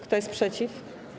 Kto jest przeciw?